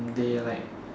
they like